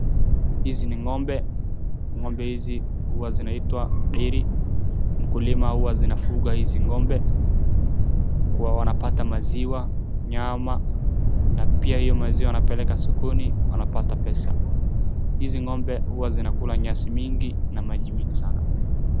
Hizi ni ng'ombe, ng'ombe hizi huwa zinaitwa dairy . Mkulima huwa zinafuga hizi ng'ombe kuwa wanapata maziwa, nyama na pia hiyo maziwa wanapeleka sokoni wanapata pesa. Hizi ng'ombe hua zinakula nyasi nyingi na maji mingi sana.